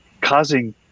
causing